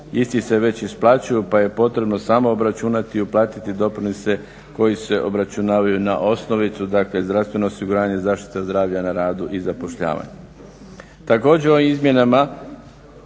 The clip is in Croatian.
isti se već isplaćuju pa je potrebno samo obračunati i uplatiti doprinose koji se obračunavaju na osnovicu, dakle zdravstveno osiguranje, zaštita zdravlja na radu i zapošljavanje.